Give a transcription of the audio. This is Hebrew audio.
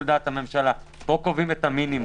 פה קובעים את המינימום.